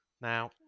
now